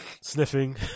sniffing